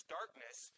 darkness